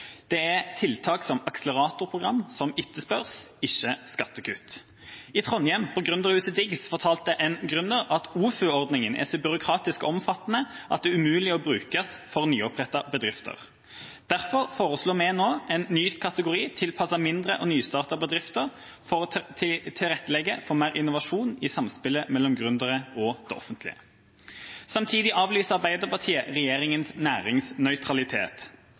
Det er tiltak som akseleratorprogram som etterspørres, ikke skattekutt. I Trondheim, på gründerhuset DIGS, fortalte en gründer at OFU-ordningen er så byråkratisk og omfattende at det er umulig å bruke den for nyopprettede bedrifter. Derfor foreslår vi nå en ny kategori tilpasset mindre og nystartede bedrifter for å tilrettelegge for mer innovasjon i samspillet mellom gründere og det offentlige. Samtidig avlyser Arbeiderpartiet regjeringas næringsnøytralitet.